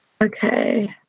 Okay